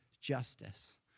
justice